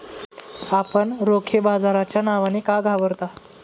आपण रोखे बाजाराच्या नावाने का घाबरता?